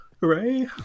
Hooray